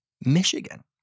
Michigan